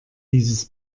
dieses